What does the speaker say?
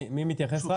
מי מתייחס?